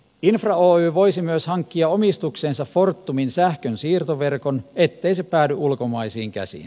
infra oy voisi myös hankkia omistukseensa fortumin sähkönsiirtoverkon ettei se päädy ulkomaisiin käsiin